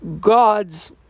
God's